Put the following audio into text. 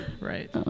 Right